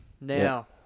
Now